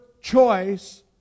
choice